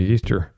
Easter